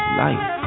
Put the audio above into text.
life